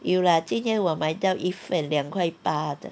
有 lah 今天我买到一份两块八的